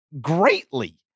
greatly